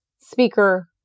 speaker